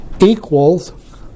Equals